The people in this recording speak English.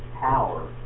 power